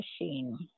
machine